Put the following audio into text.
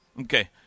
Okay